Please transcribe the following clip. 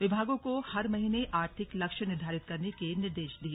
विभागों को हर महीने आर्थिक लक्ष्य निर्धारित करने के निर्देश दिए